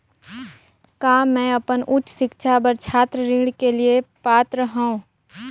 का मैं अपन उच्च शिक्षा बर छात्र ऋण के लिए पात्र हंव?